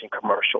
commercial